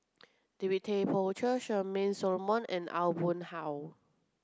David Tay Poey Cher Charmaine Solomon and Aw Boon Haw